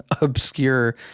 obscure